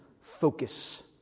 focus